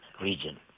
region